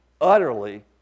utterly